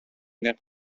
that